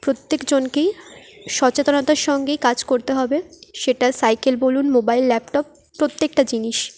প্রত্যেক জনকেই সচেতনতার সঙ্গেই কাজ করতে হবে সেটা সাইকেল বলুন মোবাইল ল্যাপটপ প্রত্যেকটা জিনিস